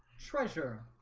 treasure